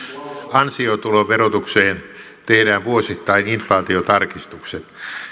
ansiotuloverotukseen tehdään vuosittain inflaatiotarkistukset